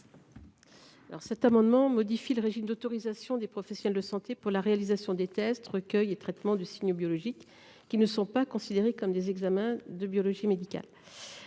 ? Cet amendement vise à modifier le régime d'autorisation des professionnels de santé pour la réalisation des tests, recueils et traitements de signaux biologiques qui ne sont pas considérés comme des examens de biologie médicale.